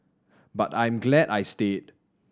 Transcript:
but I'm glad I stayed